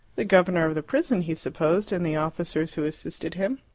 the governor of the prison, he supposed, and the officers who assisted him.